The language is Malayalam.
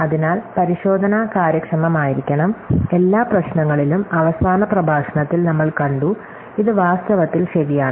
അതിനാൽ പരിശോധന കാര്യക്ഷമമായിരിക്കണം എല്ലാ പ്രശ്നങ്ങളിലും അവസാന പ്രഭാഷണത്തിൽ നമ്മൾ കണ്ടു ഇത് വാസ്തവത്തിൽ ശരിയാണ്